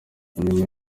nyuma